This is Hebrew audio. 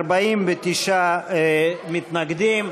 49 מתנגדים.